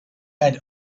had